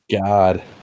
God